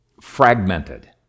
fragmented